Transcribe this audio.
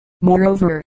Moreover